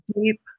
deep